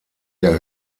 der